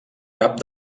cap